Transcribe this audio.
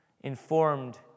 Informed